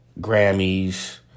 Grammys